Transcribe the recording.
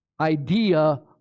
idea